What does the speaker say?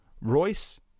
Royce